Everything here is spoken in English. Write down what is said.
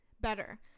better